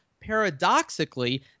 paradoxically